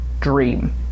dream